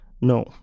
No